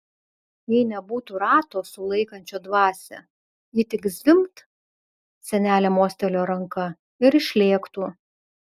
jei nebūtų rato sulaikančio dvasią ji tik zvimbt senelė mostelėjo ranka ir išlėktų